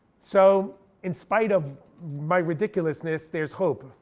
so in spite of my ridiculousness, there's hope.